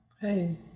Hey